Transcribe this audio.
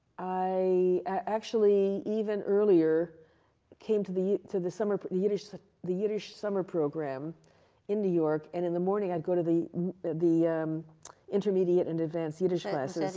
i actually even earlier came to the to the summer, the yiddish the yiddish summer program in new york, and in the morning, i'd go to the the intermediate and advanced yiddish classes.